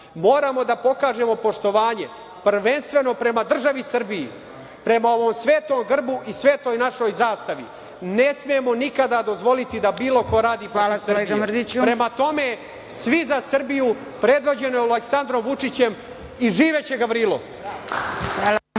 Moramo da pokažemo poštovanje prvenstveno prema državi Srbiji, prema ovom svetom grbu i svetoj našoj zastavi. Ne smemo nikada dozvoliti da bilo ko radi protiv Srbije. Prema tome, svi za Srbiju predvođenu Aleksandrom Vučićem i živeće Gavrilo!